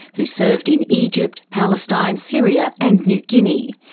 who served in egypt, palestine, syria and new guinea.